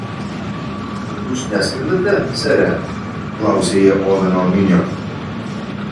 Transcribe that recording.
o jūs neskrendate sere klausė jie oveno minio